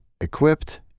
equipped